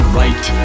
right